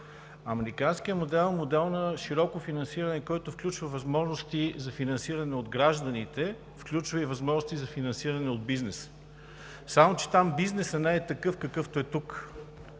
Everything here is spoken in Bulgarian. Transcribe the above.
Американският модел е модел на широко финансиране, който включва възможности за финансиране от гражданите, включва и възможности за финансиране от бизнеса. Само че там бизнесът не е такъв, какъвто е тук.